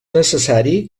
necessari